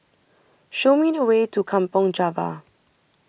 show me the way to Kampong Java